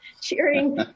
cheering